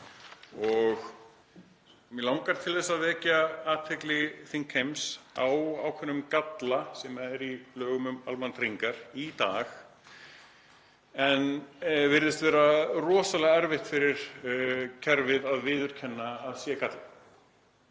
og mig langar að vekja athygli þingheims á ákveðnum galla sem er í lögum um almannatryggingar í dag sem virðist vera rosalega erfitt fyrir kerfið að viðurkenna að sé galli.